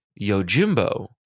Yojimbo